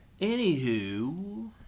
Anywho